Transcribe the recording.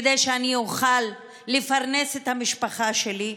כדי שאני אוכל לפרנס את המשפחה שלי?